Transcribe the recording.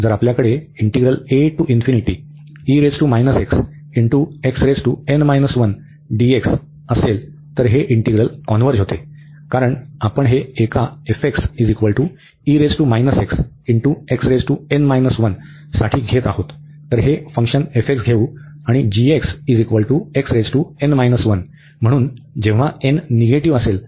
जर आपल्याकडे असेल तर हे इंटीग्रल कॉन्व्हर्ज होते कारण आपण हे एका साठी घेत आहोत तर हे फंक्शन f घेऊ आणि म्हणून जेव्हा n निगेटिव्ह असेल